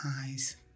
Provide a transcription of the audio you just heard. eyes